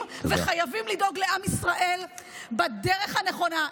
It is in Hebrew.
וחייבים לדאוג לעם ישראל בדרך הנכונה.